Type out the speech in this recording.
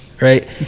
right